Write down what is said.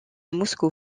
moscou